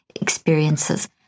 experiences